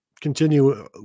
continue